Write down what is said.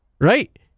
Right